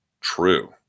True